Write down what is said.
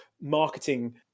marketing